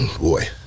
Boy